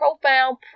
profound